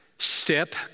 Step